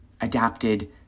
adapted